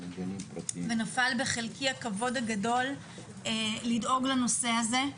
נפל בחלקי הכבוד הגדול לדאוג לנושא הזה.